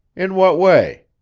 in what way?